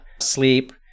sleep